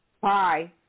Bye